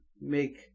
make